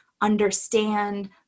understand